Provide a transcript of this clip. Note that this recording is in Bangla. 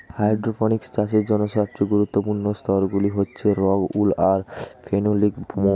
হাইড্রোপনিক্স চাষের জন্য সবচেয়ে গুরুত্বপূর্ণ স্তরগুলি হচ্ছে রক্ উল আর ফেনোলিক ফোম